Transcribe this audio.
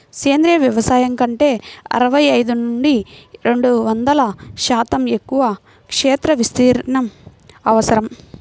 సేంద్రీయ వ్యవసాయం కంటే అరవై ఐదు నుండి రెండు వందల శాతం ఎక్కువ క్షేత్ర విస్తీర్ణం అవసరం